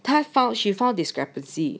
她 found she found discrepancy